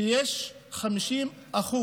שיש 50%